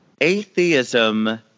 atheism